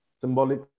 symbolic